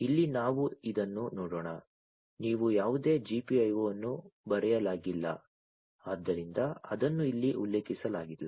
ಇಲ್ಲಿ ನಾವು ಇದನ್ನು ನೋಡೋಣ ನೀವು ಯಾವುದೇ GPIO ಅನ್ನು ಬರೆಯಲಾಗಿಲ್ಲ ಆದ್ದರಿಂದ ಅದನ್ನು ಇಲ್ಲಿ ಉಲ್ಲೇಖಿಸಲಾಗಿಲ್ಲ